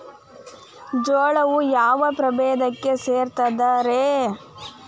ಜೋಳವು ಯಾವ ಪ್ರಭೇದಕ್ಕ ಸೇರ್ತದ ರೇ?